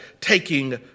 taking